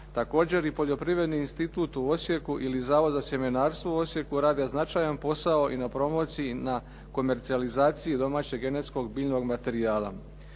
Također i poljoprivredni institut u Osijeku ili Zavod za sjemenarstvo u Osijeku rade značajan posao i na promociji, na komercijalizaciji domaćeg genetskog biljnog materijala.